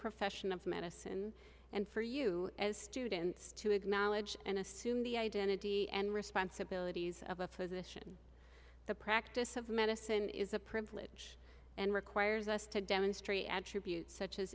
profession of medicine and for you as students to acknowledge and assume the identity and responsibilities of a physician the practice of medicine is a privilege and requires us to demonstrate a tribute such as